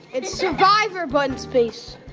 it's survivor but in space.